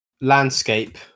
landscape